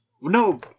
No